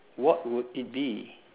what would it be